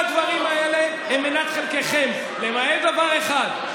כל הדברים האלה הם מנת חלקכם, למעט דבר אחד.